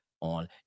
on